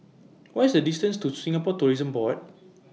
What IS The distance to Singapore Tourism Board